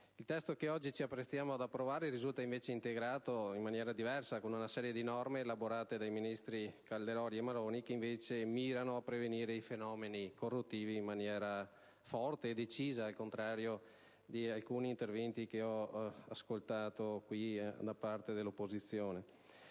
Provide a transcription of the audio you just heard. Il testo che oggi ci apprestiamo ad approvare risulta invece integrato in maniera diversa, con una serie di norme, elaborate dai ministri Calderoli e Maroni, che mirano invece a prevenire i fenomeni corruttivi in maniera forte e decisa, al contrario di alcuni interventi che ho ascoltato dall'opposizione.